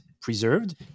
preserved